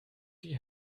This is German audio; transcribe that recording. die